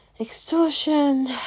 extortion